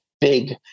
big